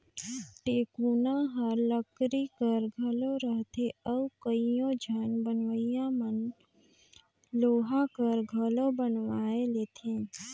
टेकोना हर लकरी कर घलो रहथे अउ कइयो झन बनवइया मन लोहा कर घलो बनवाए लेथे